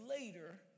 later